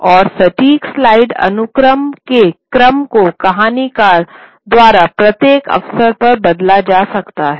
और सटीक स्लाइड अनुक्रम के क्रम को कहानीकार द्वारा प्रत्येक अवसर पर बदला जा सकता है